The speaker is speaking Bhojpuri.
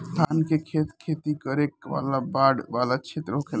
धान के खेत खेती करे वाला बाढ़ वाला क्षेत्र होखेला